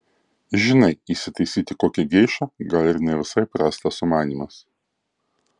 žinai įsitaisyti kokią geišą gal ir ne visai prastas sumanymas